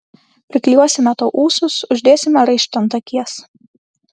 priklijuosime tau ūsus uždėsime raištį ant akies